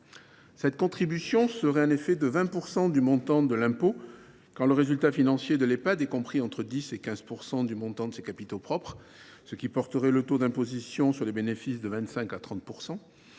Cette contribution serait de 20 % du montant de l’impôt quand le résultat financier de l’Ehpad est compris entre 10 % et 15 % du montant de ses capitaux propres, ce qui porterait le taux d’imposition sur les bénéfices de 25 % à 30 %.